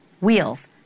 wheels